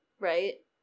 Right